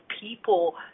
people